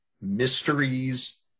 mysteries